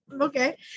okay